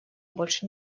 больше